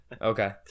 Okay